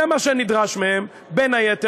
זה מה שנדרש מהם, בין היתר.